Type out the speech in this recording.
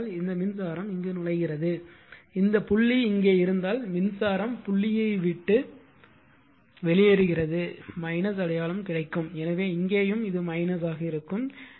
ஏனென்றால் இந்த மின்சாரம் நுழைகிறது இந்த புள்ளி இங்கே இருந்தால் மின்சாரம் புள்ளியை விட்டு வெளியேறுகிறது அடையாளம் எனவே இங்கேயும் இது இருக்கும்